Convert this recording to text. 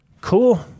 cool